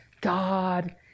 God